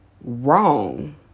wrong